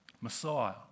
Messiah